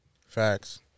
Facts